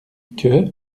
que